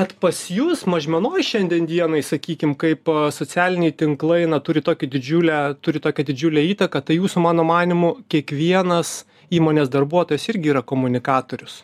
bet pas jus mažmenoj šiandien dienai sakykime kaip socialiniai tinklai turi tokią didžiulę turi tokią didžiulę įtaką tai jūsų mano manymu kiekvienas įmonės darbuotojas irgi yra komunikatorius